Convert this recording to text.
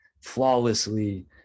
flawlessly